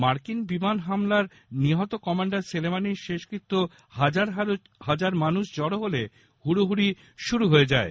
মার্কিন বিমান হামলায় নিহত কমান্ডার সোলেমানির শেষকৃত্যে হাজার হাজার মানুষ জড়ো হলে হুড়োহুড়ি শুরু হয়ে যায়